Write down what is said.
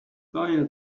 going